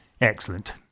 Excellent